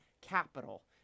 capital